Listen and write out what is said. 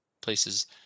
places